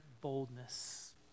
boldness